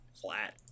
Flat